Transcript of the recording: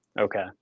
Okay